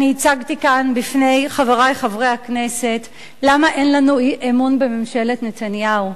אני הצגתי כאן בפני חברי חברי הכנסת למה אין לנו אמון בממשלת נתניהו.